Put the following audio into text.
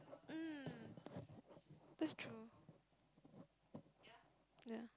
mm that's true yeah